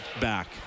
back